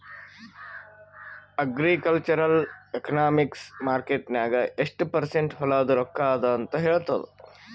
agricultural economics market ನಾಗ್ ಎಷ್ಟ percent ಹೊಲಾದು ರೊಕ್ಕಾ ಅದ ಅಂತ ಹೇಳ್ತದ್